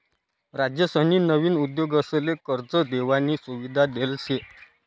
राज्यसनी नवीन उद्योगसले कर्ज देवानी सुविधा देल शे